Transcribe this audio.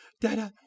Dada